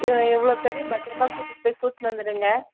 இவ்வளோ பேரையும் பத்திரமா கூட்டிட்டு போய் கூட்டிணு வந்துடுங்க